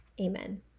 Amen